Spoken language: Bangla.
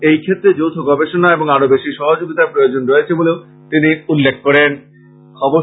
এই ক্ষেত্রে যৌথ গবেষণা এবং আরো বেশী সহযোগিতার প্রয়োজন রয়েছে বলেও তিনি উল্লেখ করেন